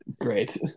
great